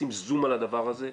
לשים זום על הדבר הזה,